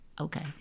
Okay